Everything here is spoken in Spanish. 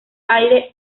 aire